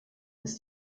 ist